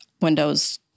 windows